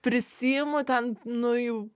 prisiimu ten nu jau